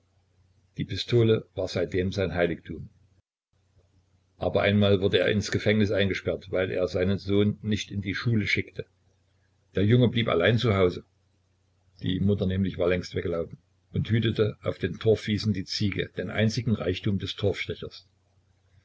die pistole war seitdem sein heiligtum aber einmal wurde er ins gefängnis eingesperrt weil er seinen sohn nicht in die schule schickte der junge blieb zu hause allein die mutter nämlich war längst weggelaufen und hütete auf den torfwiesen die ziege den einzigen reichtum des